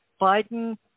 Biden